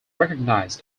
recognize